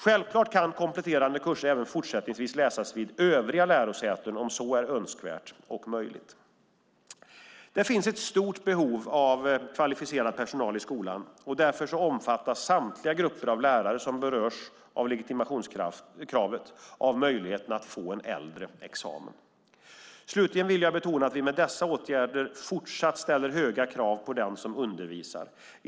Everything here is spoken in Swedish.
Självklart kan kompletterande kurser även fortsättningsvis läsas vid övriga lärosäten om så är önskvärt och möjligt. Det finns ett stort behov av kvalificerad personal i skolan, och därför omfattas samtliga grupper av lärare som berörs av legitimationskravet av möjligheten att få en äldre examen. Slutligen vill jag betona att vi med dessa åtgärder fortsatt ställer höga krav på den som undervisar.